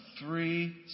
three